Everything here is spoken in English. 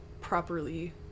properly